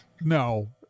No